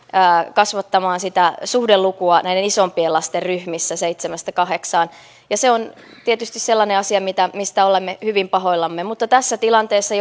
kasvattamaan sitä suhdelukua näiden isompien lasten ryhmissä seitsemästä kahdeksaan ja se on tietysti sellainen asia mistä olemme hyvin pahoillamme mutta tässä tilanteessa